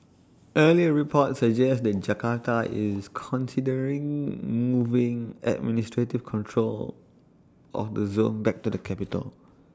earlier reports suggest that Jakarta is considering moving administrative control of the zone back to the capital